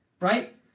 right